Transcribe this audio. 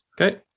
Okay